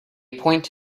point